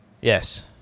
Yes